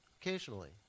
Occasionally